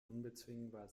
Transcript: unbezwingbar